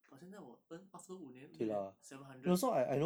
but 现在我 earn after 五年六年 seven hundred